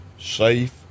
safe